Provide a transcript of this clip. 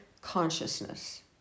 consciousness